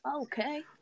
Okay